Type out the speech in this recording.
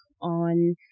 on